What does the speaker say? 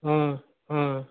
অঁ অঁ